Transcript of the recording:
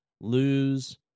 lose